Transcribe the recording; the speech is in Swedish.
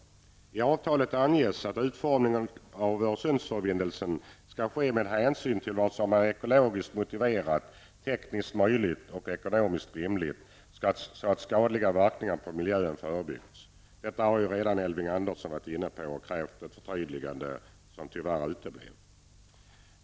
I avtalet anges att utformningen av Öresundsförbindelsen skall ske med hänsyn till vad som är ekologiskt motiverat, tekniskt möjligt och ekonomiskt rimligt så att skadliga verkningar på miljön förebyggs.'' Detta har Elving Andersson redan krävt ett förtydligande av, vilket tyvärr uteblev.